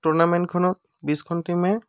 টুৰ্নামেন্টখনত বিছখন টীমে